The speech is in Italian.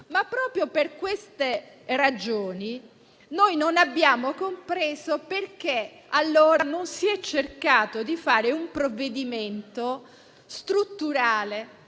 Ma, proprio per queste ragioni, noi non abbiamo compreso perché allora non si è cercato di fare un provvedimento strutturale,